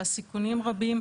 שהסיכונים רבים.